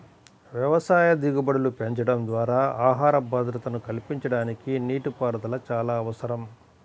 వ్యవసాయ దిగుబడులు పెంచడం ద్వారా ఆహార భద్రతను కల్పించడానికి నీటిపారుదల చాలా అవసరం